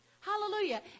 Hallelujah